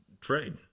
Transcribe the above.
trade